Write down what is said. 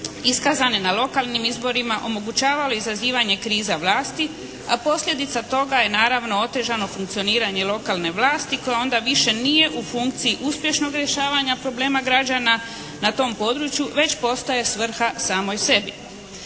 iskazane na lokalnim izborima, omogućavalo izazivanje kriza vlasti a posljedica toga je naravno otežano funkcioniranje lokalne vlasti koja onda više nije u funkciji uspješnog rješavanja problema građana na tom području već postaje svrha samoj sebi.